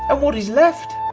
and what is left?